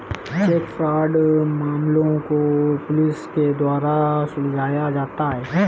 check fraud मामलों को police के द्वारा सुलझाया जाता है